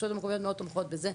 הרשויות המקומיות מאוד תומכות בזה.